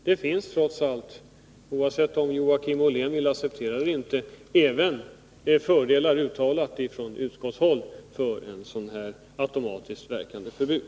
Utskottet har trots allt, oavsett om Joakim Ollén vill acceptera det eller inte, även gjort uttalanden om fördelar med ett automatiskt verkande förbud.